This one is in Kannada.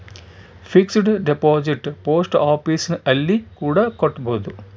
ಫಿಕ್ಸೆಡ್ ಡಿಪಾಸಿಟ್ ಪೋಸ್ಟ್ ಆಫೀಸ್ ಅಲ್ಲಿ ಕೂಡ ಕಟ್ಬೋದು